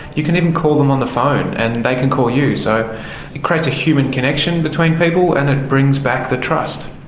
you can even call them on the phone and they can call you. so it creates a human connection between people and it brings back the trust.